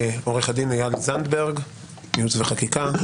עוה"ד אייל זנדברג ייעוץ וחקיקה,